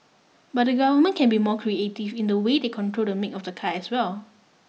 but the government can be more creative in the way they control the make of the car as well